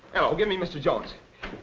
hello, give me mr. jones.